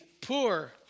poor